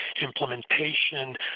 implementation